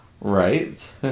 Right